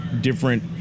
different